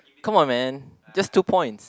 come on man just two points